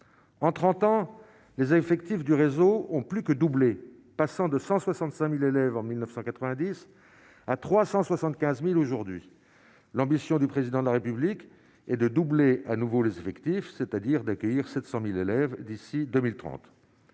en 30 ans les effectifs du réseau ont plus que doublé, passant de 165000 élèves en 1990 à 375000 aujourd'hui, l'ambition du président de la République et de doubler à nouveau les effectifs, c'est-à-dire d'accueillir 700000 élèves d'ici 2030,